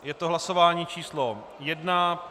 Je to hlasování číslo 1.